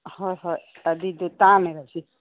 ꯍꯣꯏ ꯍꯣꯏ ꯇꯥꯅꯔꯁꯤ